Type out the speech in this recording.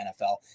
NFL